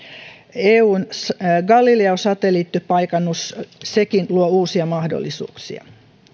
eun galileo satelliittipaikannus sekin luo uusia mahdollisuuksia